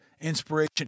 inspiration